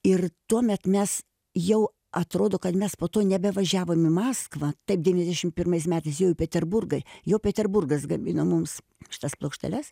ir tuomet mes jau atrodo kad mes po to nebevažiavom į maskvą taip devyniasdešimt pirmais metais jau į peterburgą jau peterburgas gamina mums šitas plokšteles